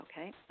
Okay